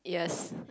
yes